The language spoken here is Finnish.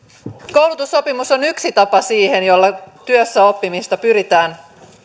koulutussopimus on yksi tapa jolla työssäoppimista pyritään